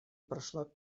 прошла